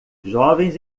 jovens